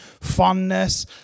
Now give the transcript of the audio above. fondness